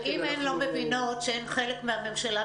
אם הן לא מבינות שהן חלק מהממשלה,